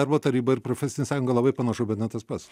darbo taryba ir profesinė sąjunga labai panašu bet ne tas pats